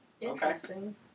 Interesting